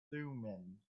thummim